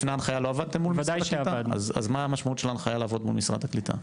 לפני הנחיה לא עבדתם מול משרד הקליטה?